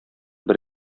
бер